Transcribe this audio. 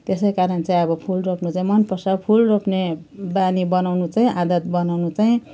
त्यसै कारण चाहिँ अब फुल रोप्नु चाहिँ मन पर्छ फुल रोप्ने बानी बनाउनु चाहिँ आदत बनाउनु चाहिँ